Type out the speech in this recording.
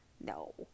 No